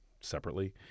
separately